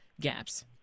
gaps